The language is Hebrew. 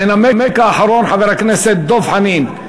המנמק האחרון, חבר הכנסת דב חנין.